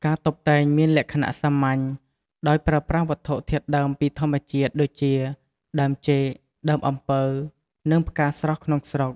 ការតុបតែងមានលក្ខណៈសាមញ្ញ ដោយប្រើប្រាស់វត្ថុធាតុដើមពីធម្មជាតិដូចជា ដើមចេក ដើមអំពៅ និងផ្កាស្រស់ក្នុងស្រុក។